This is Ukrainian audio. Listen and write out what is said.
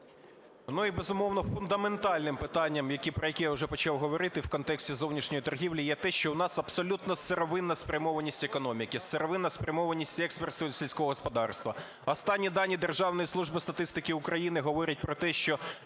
Ну, і, безумовно, фундаментальним питанням, про які я вже почав говорити, в контексті зовнішньої торгівлі є те, що у нас абсолютно сировинна спрямованість економіки, сировинна спрямованість експорту сільського господарства. Останні дані Державної служби статистики України говорять про те, що